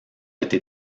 été